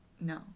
no